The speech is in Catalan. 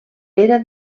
era